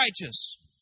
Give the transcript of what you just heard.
righteous